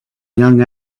young